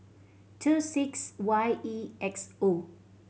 two six Y E X O